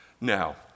Now